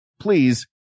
Please